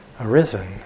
arisen